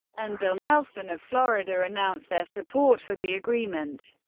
and bill nelson of florida announced their support for the agreement.